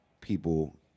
people